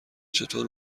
چطور